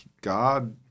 God